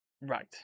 Right